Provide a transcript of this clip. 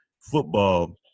football